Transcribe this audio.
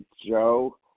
Joe